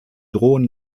drohen